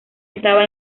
estaba